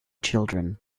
children